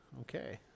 Okay